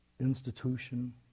institution